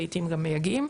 לעיתים גם מייגעים,